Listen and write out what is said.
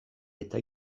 eta